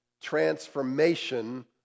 transformation